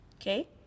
okay